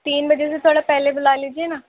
تین بجے سے تھوڑا پہلے بُلا لیجیے نا